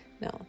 no